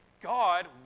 God